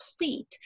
complete